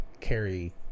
carry